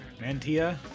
Mantia